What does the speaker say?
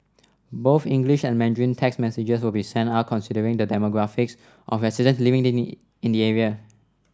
both English and Mandarin text messages will be sent out after considering the demographics of residents living in the area